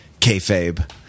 kayfabe